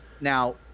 Now